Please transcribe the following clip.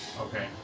Okay